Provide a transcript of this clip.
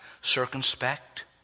circumspect